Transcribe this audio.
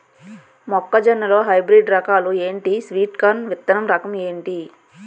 మొక్క జొన్న లో హైబ్రిడ్ రకాలు ఎంటి? స్వీట్ కార్న్ విత్తన రకం ఏంటి?